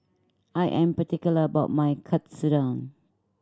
I am particular about my Katsudon